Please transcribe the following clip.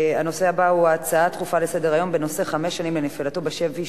הנושא הבא הוא הצעות דחופות לסדר-היום מס' 5862,